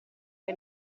che